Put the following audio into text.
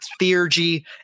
Theurgy